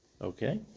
Okay